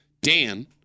Dan